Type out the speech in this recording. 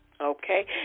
Okay